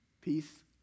peace